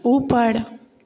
ऊपर